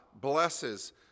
blesses